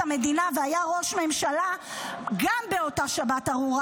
המדינה והיה ראש ממשלה גם באותה שבת ארורה,